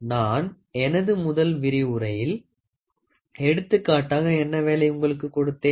நான் எனது முதல் விரிவுரையில் எடுத்துக்காட்டாக என்ன வேலை உங்களுக்கு கொடுத்தேன்